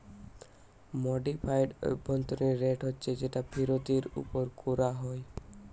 modified অভ্যন্তরীণ rate হচ্ছে যেটা ফিরতের উপর কোরা হয়